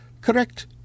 correct